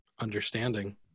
understanding